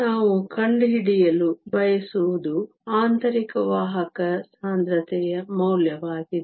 ನಾವು ಕಂಡುಹಿಡಿಯಲು ಬಯಸುವುದು ಆಂತರಿಕ ವಾಹಕ ಸಾಂದ್ರತೆಯ ಮೌಲ್ಯವಾಗಿದೆ